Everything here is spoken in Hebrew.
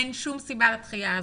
אין שום סיבה לדחייה הזאת.